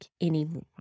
anymore